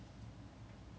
macam now